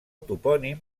topònim